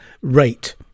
rate